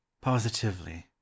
Positively